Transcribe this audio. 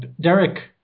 derek